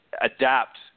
adapt